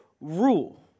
rule